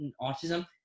autism